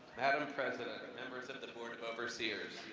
madam president and members and of the the board of overseers,